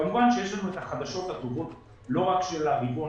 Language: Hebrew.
כמובן שיש לנו את החדשות הטובות לא רק של הרבעון